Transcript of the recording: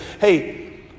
hey